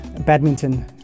badminton